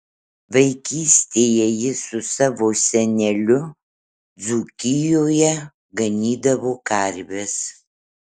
vaikystėje jis su savo seneliu dzūkijoje ganydavo karves